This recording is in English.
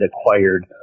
acquired